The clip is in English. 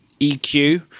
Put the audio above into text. eq